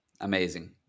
Amazing